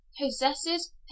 possesses